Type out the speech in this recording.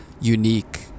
unique